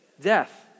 death